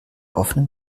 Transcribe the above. offenen